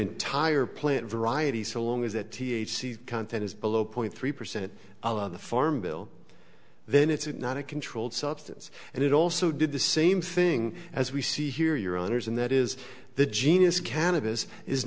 entire plant varieties so long as that t h c content is below point three percent of the farm bill then it's not a controlled substance and it also did the same thing as we see here your honour's and that is the genius cannabis is